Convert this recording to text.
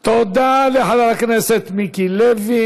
תודה לחבר הכנסת מיקי לוי.